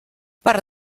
per